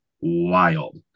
wild